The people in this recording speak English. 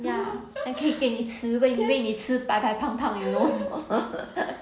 ya 还可以被你吃喂你吃白白胖胖 you know